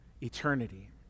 eternity